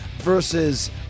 versus